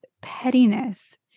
pettiness